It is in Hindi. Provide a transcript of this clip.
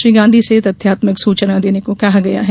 श्री गांधी से तथ्यात्मक सुचना देने को कहा गया है